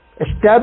Establish